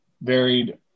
varied